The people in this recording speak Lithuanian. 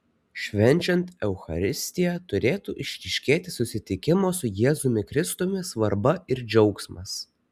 švenčiant eucharistiją turėtų išryškėti susitikimo su jėzumi kristumi svarba ir džiaugsmas